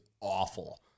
awful